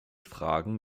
fragen